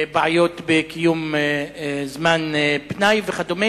בעיות בקיום זמן פנאי וכו'.